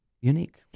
Unique